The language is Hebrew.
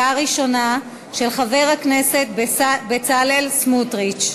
של חבר הכנסת בצלאל סמוטריץ,